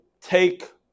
take